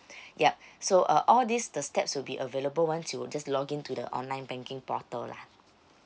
yup so uh all these the steps will be available once you just login to the online banking portal lah